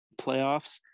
playoffs